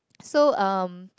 so um